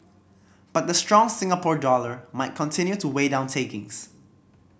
but the strong Singapore dollar might continue to weigh down takings